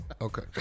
Okay